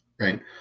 right